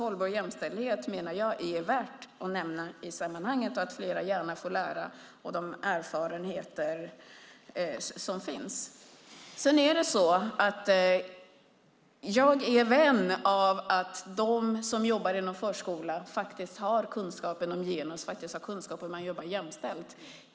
Jag menar därför att det är värt att nämna Hållbar jämställdhet i sammanhanget och att fler gärna får lära sig av de erfarenheter som finns. Jag är vän av att de som jobbar inom förskolan faktiskt har kunskap om genus och faktiskt har kunskap om hur man jobbar jämställt.